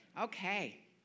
Okay